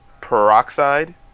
peroxide